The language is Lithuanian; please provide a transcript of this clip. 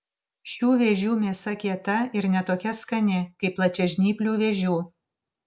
šių vėžių mėsa kieta ir ne tokia skani kaip plačiažnyplių vėžių